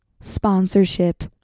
sponsorship